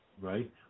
right